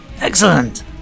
Excellent